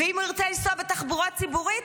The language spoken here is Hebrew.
ואם הוא ירצה לנסוע בתחבורה ציבורית,